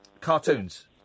Cartoons